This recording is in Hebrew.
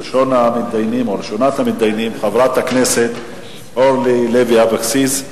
ראשונת המתדיינים היא חברת הכנסת אורלי לוי אבקסיס,